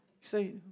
say